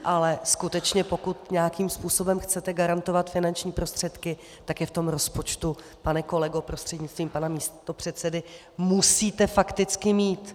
Ale skutečně pokud nějakým způsobem chcete garantovat finanční prostředky, tak je v tom rozpočtu, pane kolego prostřednictvím pana místopředsedy, musíte fakticky mít.